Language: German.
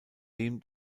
dem